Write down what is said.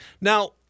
Now